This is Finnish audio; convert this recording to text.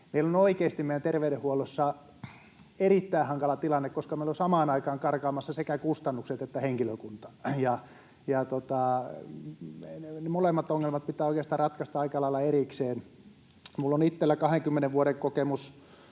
meillä on oikeasti meidän terveydenhuollossa erittäin hankala tilanne, koska meillä on samaan aikaan karkaamassa sekä kustannukset että henkilökunta. Molemmat ongelmat pitää oikeastaan ratkaista aika lailla erikseen. Minulla on itsellä 20 vuoden kokemus